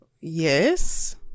yes